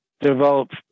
developed